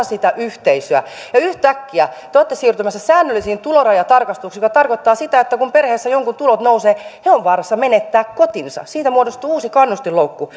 sitä yhteisöä ja yhtäkkiä te olette siirtymässä säännöllisiin tulorajatarkastuksiin mikä tarkoittaa sitä että kun perheessä jonkun tulot nousevat he ovat vaarassa menettää kotinsa siitä muodostuu uusi kannustinloukku